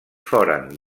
foren